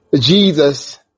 Jesus